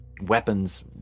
weapons